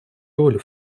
роль